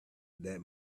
that